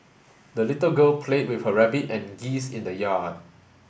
the little girl played with her rabbit and geese in the yard